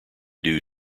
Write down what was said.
due